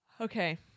Okay